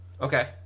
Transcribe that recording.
Okay